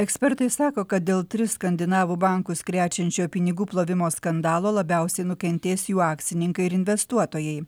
ekspertai sako kad dėl tris skandinavų bankus krečiančio pinigų plovimo skandalo labiausiai nukentės jų akcininkai ir investuotojai